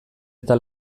eta